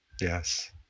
Yes